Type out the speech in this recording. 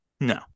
No